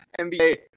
NBA